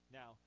now